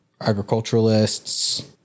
agriculturalists